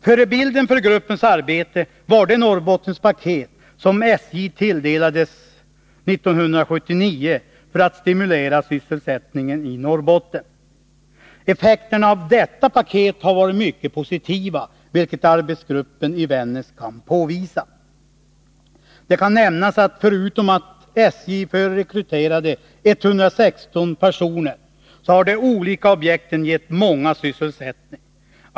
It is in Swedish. Förebilden för gruppens arbete var det Norrbottenpaket som SJ tilldelades 1979 för att stimulera sysselsättningen i Norrbotten. Nr 139 Effekterna av detta Norrbottenpaket har varit mycket positiva, vilket arbetsgruppen i Vännäs kan intyga. Det kan nämnas att förutom att SJ förrekryterade 116 personer, har de olika objekten gett många sysselsättning.